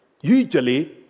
usually